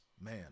man